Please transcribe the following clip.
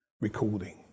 recording